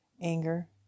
Anger